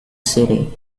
city